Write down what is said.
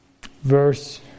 verse